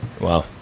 Wow